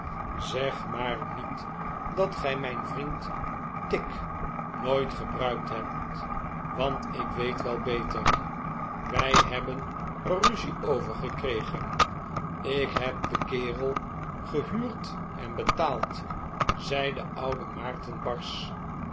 zeg maar niet dat gij mijn vriend tigg nooit gebruikt hebt want ik weet wel beter wij hebben er ruzie over gekregen ik heb den kerel gehuurd en betaald zei de oude